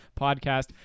podcast